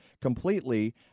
completely